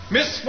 Miss